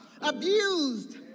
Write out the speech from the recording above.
abused